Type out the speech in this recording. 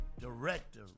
director